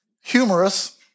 humorous